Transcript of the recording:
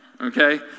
okay